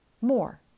more